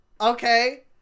Okay